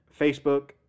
Facebook